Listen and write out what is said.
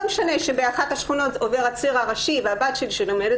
לא משנה שבאחת השכונות עובר הציר הראשי והבת שלי שלומדת